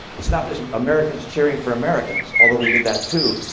it's not just americans cheering for americans, although we did that, too.